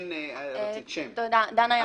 בבקשה.